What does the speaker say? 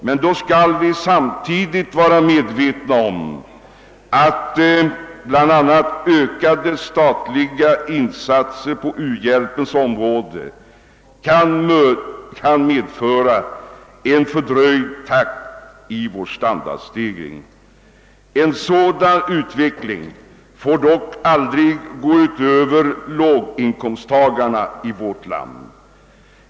Men vi måste samtidigt vara medvetna om att bl.a. ökade statliga insatser på u-hjälpens område kan leda till en fördröjd takt i vår standardstegring. En sådan utveckling får dock aldrig gå ut över låginkomsttagarna i vårt land.